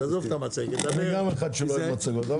אני גם אחד שלא אוהב מצגות.